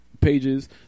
pages